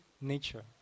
nature